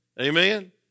Amen